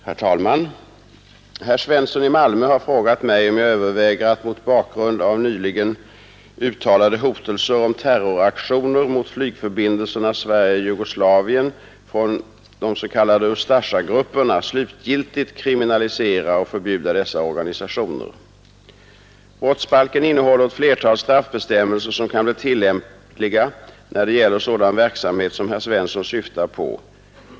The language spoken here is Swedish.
Herr talman! Herr Svensson i Malmö har frågat mig om jag överväger att mot bakgrund av nyligen uttalade hotelser om terroraktioner mot flygförbindelserna Sverige—Jugoslavien från de s.k. Ustasjagrupperna slutgiltigt kriminalisera och förbjuda dessa organisationer. Brottsbalken innehåller ett flertal straffbestämmelser som kan bli tillämpliga när det gäller sådan verksamhet som herr Svensson syftar på.